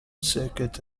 circuit